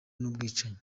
n’ubwicanyi